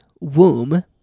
womb